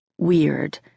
Weird